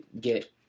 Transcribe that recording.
get